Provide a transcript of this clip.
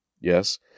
Yes